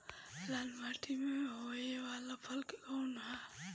लाल मीट्टी में होए वाला फसल कउन ह?